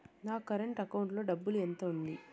నా current account లో డబ్బులు ఎంత ఉంది?